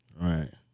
right